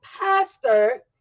pastor